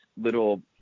little